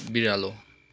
बिरालो